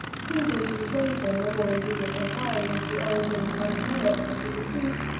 prudently waiving all invidious inquiry into the origin and merits of the dispute,